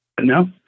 No